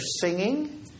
singing